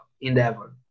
endeavor